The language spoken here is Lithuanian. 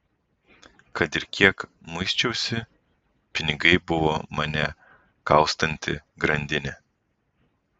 kad ir kiek muisčiausi pinigai buvo mane kaustanti grandinė